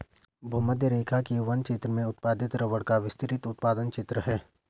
भूमध्यरेखा के वन क्षेत्र में उत्पादित रबर का विस्तृत उत्पादन क्षेत्र है